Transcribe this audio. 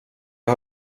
jag